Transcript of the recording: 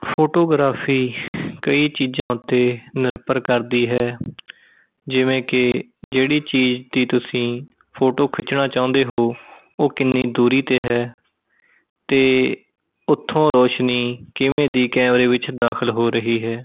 photography ਕਈ ਚੀਜ਼ਾਂ ਉੱਤੇ ਨਿਰਭਰ ਕਰਦੀ ਹੈ ਜਿਵੇਂ ਕਿ ਜਿਹੜੀ ਚੀਜ਼ ਦੀ ਤੁਸੀਂ ਫੋਟੋ ਖਿੱਚਣਾ ਚਾਹੁੰਦੇ ਹੋ ਉਹ ਕਿੰਨੀ ਦੂਰੀ 'ਤੇ ਹੈ ਅਤੇ ਉੱਥੋਂ ਰੌਸ਼ਨੀ ਕਿਵੇਂ ਦੀ ਕੈਮਰੇ ਵਿੱਚ ਦਾਖਲ ਹੋ ਰਹੀ ਹੈ